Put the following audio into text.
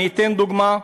אני אתן דוגמה: